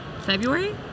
February